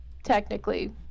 Technically